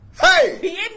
Hey